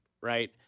Right